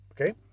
okay